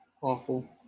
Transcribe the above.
Awful